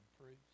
proves